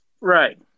Right